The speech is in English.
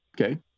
Okay